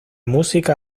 música